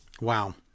Wow